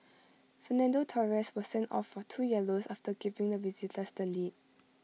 Fernando Torres was sent off for two yellows after giving the visitors the lead